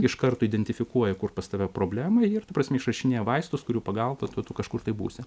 iš karto identifikuoja kur pas tave problema ir ta prasme išrašinėja vaistus kurių pagalba tu tu kažkur tai būsi